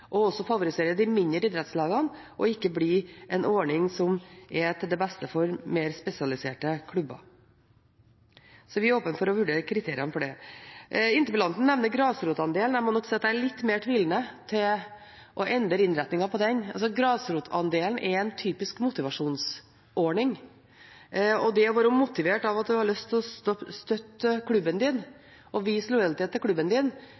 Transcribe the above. de mindre idrettslagene, og ikke blir en ordning som er til det beste for mer spesialiserte klubber. Så vi er åpen for å vurdere kriteriene for det. Interpellanten nevner grasrotandelen. Jeg må nok si at jeg er litt mer tvilende til å endre innretningen på den. Grasrotandelen er en typisk motivasjonsordning, og det å være motivert av at man har lyst til å støtte klubben sin og vise lojalitet til